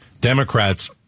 Democrats